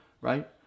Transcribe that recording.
right